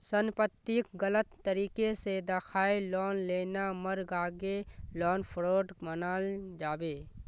संपत्तिक गलत तरीके से दखाएँ लोन लेना मर्गागे लोन फ्रॉड मनाल जाबे